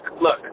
look